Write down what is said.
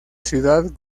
ciudad